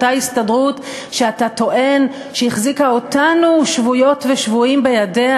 אותה ההסתדרות שאתה טוען שהחזיקה אותנו שבויות ושבויים בידיה,